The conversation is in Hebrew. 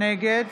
נגד